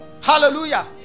Hallelujah